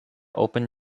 open